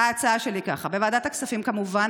ההצעה שלי ככה: בוועדת הכספים, כמובן.